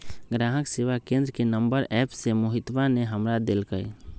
ग्राहक सेवा केंद्र के नंबर एप्प से मोहितवा ने हमरा देल कई